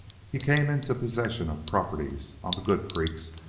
he came into possession of properties on the good creeks,